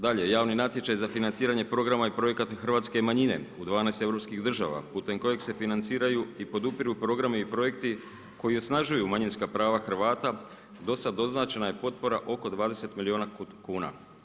Dalje, javni natječaj za financiranje programa i projekata hrvatske manjine u 12 europskih država putem kojeg se financiraju i podupiru programi i projekti koji osnažuju manjinska prava Hrvata, do sad označena je potpora oko 20 milijuna kuna.